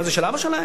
מה, זה של אבא שלהם?